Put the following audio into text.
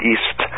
East